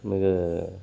மிக